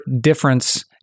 difference